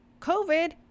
covid